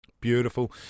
Beautiful